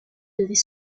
devait